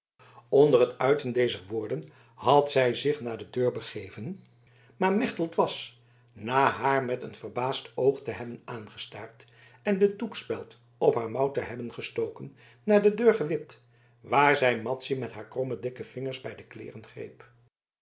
onder het uiten dezer woorden had zij zich naar de deur begeven maar mechtelt was na haar met een verbaasd oog te hebben aangestaard en de doekspeld op haar mouw te hebben gestoken naar de deur gewipt waar zij madzy met haar kromme dikke vingers bij de kleeren greep